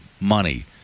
money